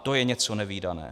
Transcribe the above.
To je něco nevídaného!